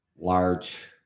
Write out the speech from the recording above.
large